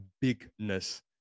bigness